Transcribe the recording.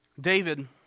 David